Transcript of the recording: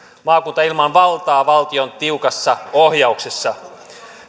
maakunta ilman valtaa valtion tiukassa ohjauksessa